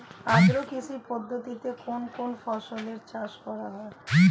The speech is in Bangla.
আদ্র কৃষি পদ্ধতিতে কোন কোন ফসলের চাষ করা হয়?